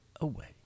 away